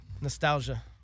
Nostalgia